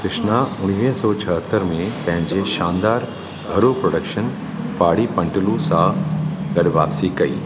कृष्णा उणिवीह सौ छाहतरि में पंहिंजो शानदार घरू प्रॉडक्शन पाड़ि पंटलू सां गॾु वापसी कई